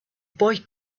boy